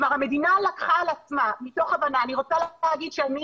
כלומר המדינה לקחה על עצמה מתוך הבנה ואני רוצה להגיד שאני